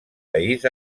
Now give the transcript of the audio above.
país